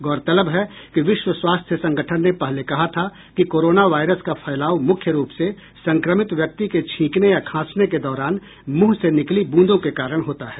गौरतलब है कि विश्व स्वास्थ्य संगठन ने पहले कहा था कि कोरोना वायरस का फैलाव मुख्य रूप से संक्रमित व्यक्ति के छींकने या खांसने के दौरान मुंह से निकली बूंदों के कारण होता है